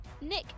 Nick